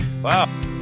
Wow